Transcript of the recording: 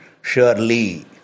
Surely